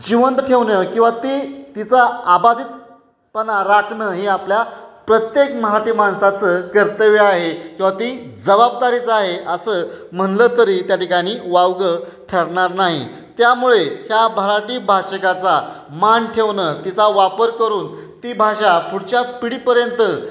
जिवंत ठेवणं किंवा ती तिचा अबाधितपणा राखणं ही आपल्या प्रत्येक मराठी माणसाचं कर्तव्य आहे किंवा ती जबाबदारीच आहे असं म्हणलं तरी त्या ठिकाणी वावगं ठरणार नाही त्यामुळे ह्या मराठी भाषिकाचा मान ठेवणं तिचा वापर करून ती भाषा पुढच्या पिढीपर्यंत